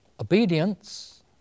Obedience